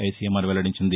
ICMR వెల్లడించింది